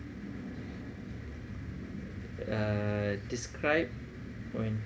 err describe when